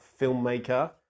filmmaker